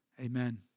Amen